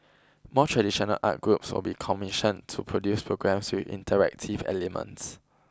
more traditional arts groups will be commissioned to produce programmes with interactive elements